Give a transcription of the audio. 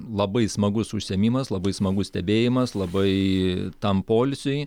labai smagus užsiėmimas labai smagus stebėjimas labai tam poilsiui